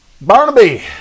Barnaby